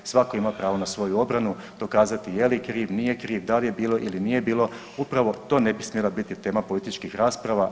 Svako ima pravo na svoju obranu, dokazati je li kriv, nije kriv, da li je bilo ili nije bilo upravo to ne bi smjela biti tema političkih rasprava.